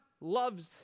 loves